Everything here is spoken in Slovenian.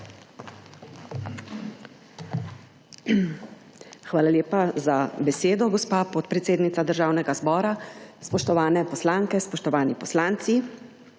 Hvala lepa za besedo, gospa podpredsednica Državnega zbora. Spoštovane poslanke, spoštovani poslanci!